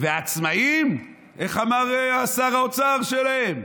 ועצמאים, איך אמר שר האוצר שלהם?